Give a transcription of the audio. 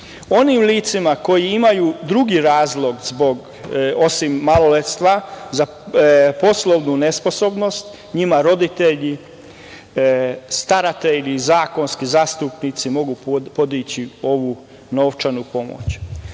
Onim licima koja imaju drugi razlog osim maloletstva, za poslovnu nesposobnost, njima roditelji, staratelji, zakonski zastupnici mogu podići ovu novčanu pomoć. Kao